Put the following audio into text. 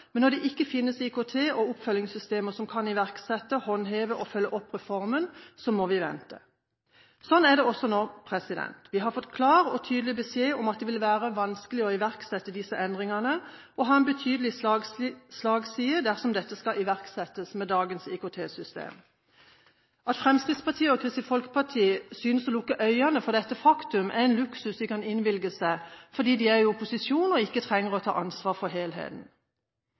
Men når det ikke finnes IKT- og oppfølgingssystemer som kan iverksette, håndheve og følge opp reformen, må vi vente. Sånn er det også nå. Vi har fått klar og tydelig beskjed om at det vil være vanskelig å iverksette disse endringene med betydelig slagside dersom de skal iverksettes med dagens IKT-system. At Fremskrittspartiet og Kristelig Folkeparti synes å lukke øynene for dette faktum, er en luksus de kan innvilge seg fordi de er i opposisjon og ikke trenger å ta ansvar for helheten.